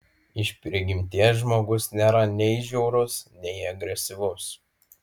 iš prigimties žmogus nėra nei žiaurus nei agresyvus